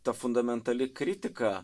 ta fundamentali kritika